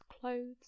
clothes